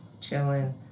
chilling